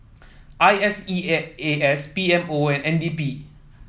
I S E A A S P M O and N D P